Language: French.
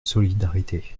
solidarité